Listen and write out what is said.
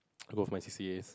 I go for my C_C_As